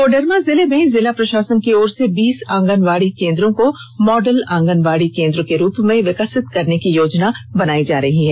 कोडरमा जिले में जिला प्रषासन की ओर से बीस आंगनबाड़ी केन्द्रों को मॉडल आंगनबाड़ी केन्द्र के रूप में विकसित करने की योजना बनायी जा रही है